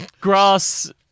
Grass